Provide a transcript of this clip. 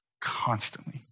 constantly